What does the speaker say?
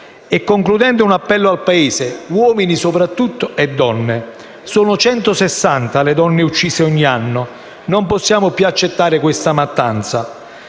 Concludendo, un appello al Paese, uomini, soprattutto, e donne: sono 160 le donne uccise ogni anno. Non possiamo più accettare questa mattanza.